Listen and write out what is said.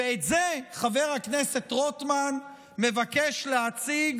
ואת זה חבר הכנסת רוטמן מבקש להציג